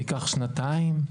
ייקח שנתיים,